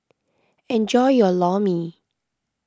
enjoy your Lor Mee